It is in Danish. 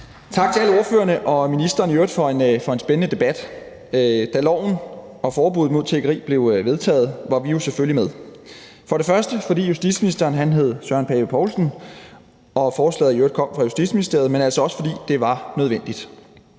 Tak til alle ordførerne og ministeren i øvrigt for en spændende debat. Da loven om forbud mod tiggeri blev vedtaget, var vi jo selvfølgelig med, for det første fordi justitsministeren dengang hed Søren Pape Poulsen og forslaget i øvrigt kom fra Justitsministeriet, og for det andet fordi det var nødvendigt